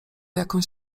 jakąś